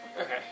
Okay